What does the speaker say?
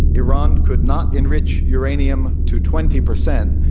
iran could not enrich uranium to twenty percent,